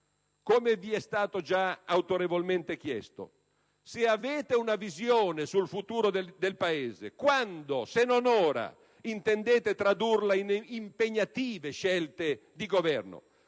Come vi è stato già autorevolmente chiesto: se avete una visione sul futuro del Paese, quando, se non ora, intendete tradurla in impegnative scelte di governo?